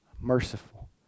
merciful